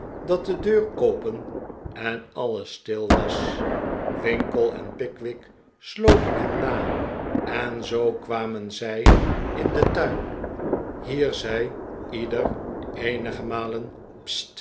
dat de deur open en alles stil was winkle en pickwick slppen hem na en zoo kwamen zij in den tuin hier zei ieder eenige malen